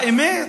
האמת,